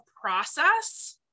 process